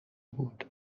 بود